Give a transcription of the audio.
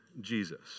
Jesus